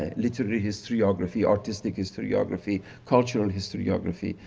ah literary historiography, artistic historiography, cultural historiography,